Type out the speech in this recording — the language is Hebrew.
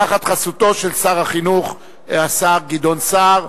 תחת חסותו של שר החינוך גדעון סער.